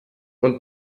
und